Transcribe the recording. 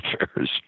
affairs